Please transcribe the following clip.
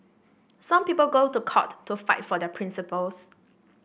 some people go to court to fight for their principles